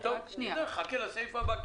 נחכה לסעיף הבא.